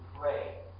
pray